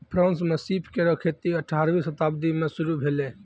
France म सीप केरो खेती अठारहवीं शताब्दी में शुरू भेलै